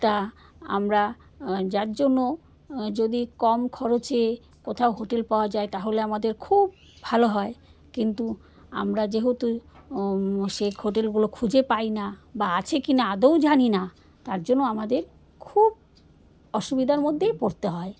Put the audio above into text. তা আমরা যার জন্য যদি কম খরচে কোথাও হোটেল পাওয়া যায় তাহলে আমাদের খুব ভালো হয় কিন্তু আমরা যেহেতু সেই হোটেলগুলো খুঁজে পাই না বা আছে কিনা আদৌ জানি না তার জন্য আমাদের খুব অসুবিধার মধ্যেই পড়তে হয়